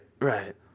right